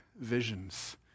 visions